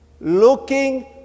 Looking